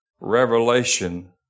revelation